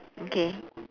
okay